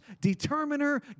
determiner